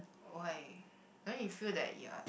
why don't you feel that you are